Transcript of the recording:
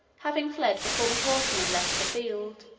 having fled before the horsemen left the field.